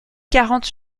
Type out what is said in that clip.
quarante